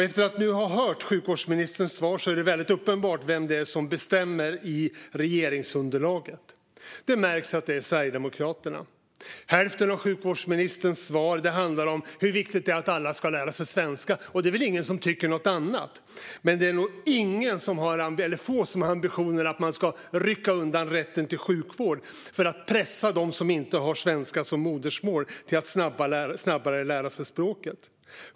Efter att nu ha hört sjukvårdsministerns svar är det uppenbart vem det är som bestämmer i regeringsunderlaget. Det märks att det är Sverigedemokraterna. Hälften av sjukvårdsministerns svar handlar om hur viktigt det är att alla ska lära sig svenska. Och det är väl ingen som tycker något annat. Men det är få som har ambitionen att rycka undan rätten till sjukvård för att pressa dem som inte har svenska som modersmål till att snabbare lära sig språket.